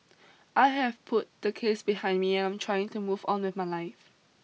I have put the case behind me and I'm trying to move on with my life